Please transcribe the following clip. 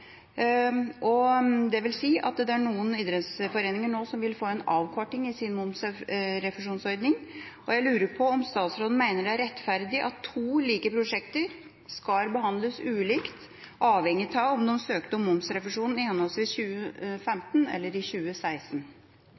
at det er noen idrettsforeninger nå som vil få en avkorting i sin momsrefusjonsordning. Jeg lurer på om statsråden mener det er rettferdig at to like prosjekter skal behandles ulikt, avhengig av om en søkte om momsrefusjon i henholdsvis 2015 eller 2016.